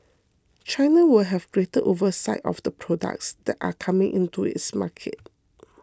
China will have greater oversight of the products that are coming into its market